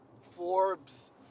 Forbes